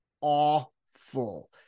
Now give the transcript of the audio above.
awful